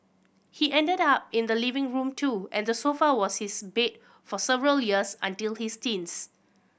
he ended up in the living room too and the sofa was his bed for several years until his teens